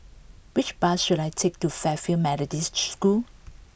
which bus should I take to Fairfield Methodist School